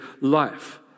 life